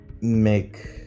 make